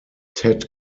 ted